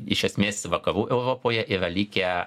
iš esmės vakarų europoje yra likę